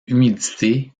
humidité